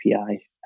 api